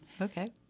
Okay